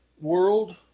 world